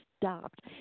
stopped